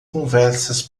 conversas